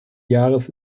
jahres